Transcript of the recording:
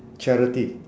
charity